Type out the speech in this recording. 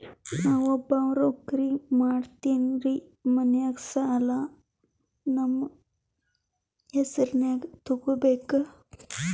ನಾ ಒಬ್ಬವ ನೌಕ್ರಿ ಮಾಡತೆನ್ರಿ ಮನ್ಯಗ ಸಾಲಾ ನಮ್ ಹೆಸ್ರನ್ಯಾಗ ತೊಗೊಬೇಕ?